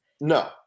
No